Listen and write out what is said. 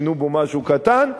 שינו בו משהו קטן,